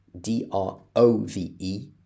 D-R-O-V-E